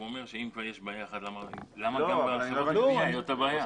הוא אומר שאם כבר יש בעיה אחת למה גם ברשויות המקומיות זאת הבעיה?